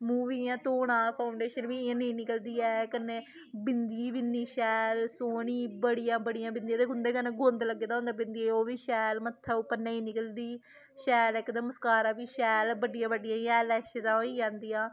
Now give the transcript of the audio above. मूंह् बी इ'यां धोना फाउंडेशन बी इ'यां नेईं निकलदी ऐ कन्नै बिंदी बी इन्नी शैल सोह्नी बड़ियां बड़ियां बिंदियां ते उं'दे कन्नै गोंद लग्गे दा होंदा बिंदियें ओह् बी शैल मत्थै उप्पर नेईं निकलदी शैल इकदम मस्कारा बी शैल बड़ियां बड़ियां इयां आईलैशसां होई जंदियां